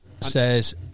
says